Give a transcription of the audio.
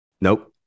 Nope